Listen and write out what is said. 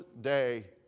day